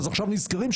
אז עכשיו נזכרים,